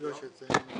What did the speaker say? מי אתה?